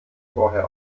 vorher